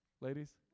Ladies